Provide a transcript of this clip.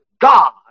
God